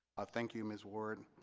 ah thank you ms ward